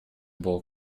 wool